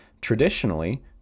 traditionally